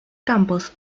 campos